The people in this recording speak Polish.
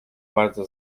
bardzo